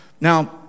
Now